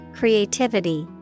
creativity